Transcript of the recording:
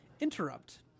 Interrupt